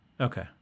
Okay